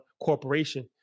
corporation